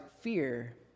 fear